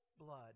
blood